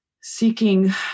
Seeking